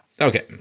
Okay